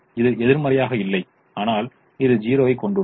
இது எதிர்மறையாக இல்லை ஆனால் இது 0 ஐக் கொண்டுள்ளது